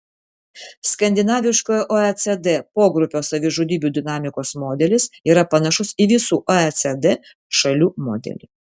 skandinaviškojo oecd pogrupio savižudybių dinamikos modelis yra panašus į visų oecd šalių modelį